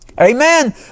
Amen